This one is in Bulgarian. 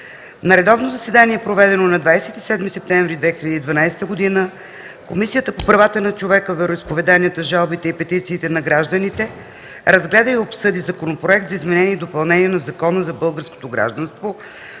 На редовно заседание, проведено на 27 септември 2012 г., Комисията по правата на човека, вероизповеданията, жалбите и петициите на гражданите разгледа и обсъди Законопроект за изменение и допълнение на Закона за българското гражданство,